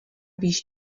víš